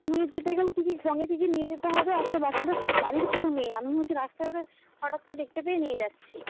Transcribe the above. নিয়ে যেতে গেলে কী কী সঙ্গে কী কী নিয়ে যেতে হবে আসলে বাচ্চাটার বাড়ির কেউ নেই আমি হচ্ছে রাস্তায় ওকে হটাৎ করে দেখতে পেয়ে নিয়ে যাচ্ছি